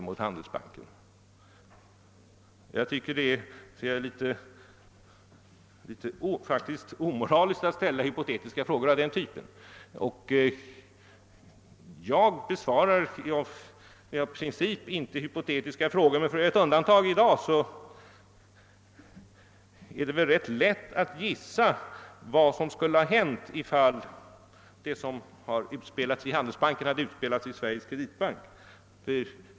Av princip besvarar jag inte hypotetiska frågor, men jag skall göra ett undantag i dag. Det är väl ganska lätt att gissa vad som skulle ha hänt, om det som har utspelats i Svenska handelsbanken hade utspelats i Sveriges kreditbank.